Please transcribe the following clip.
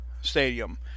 stadium